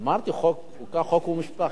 אמרתי: חוקה, חוק ומשפט.